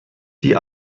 die